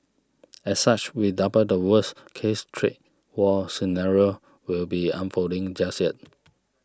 as such we double the worst case trade war scenario will be unfolding just yet